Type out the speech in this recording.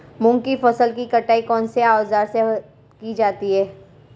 मूंग की फसल की कटाई कौनसे औज़ार से की जाती है?